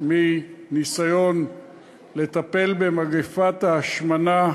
מניסיון לטפל במגפת ההשמנה,